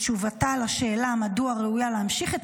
בתשובתה לשאלה מדוע היא ראויה להמשיך את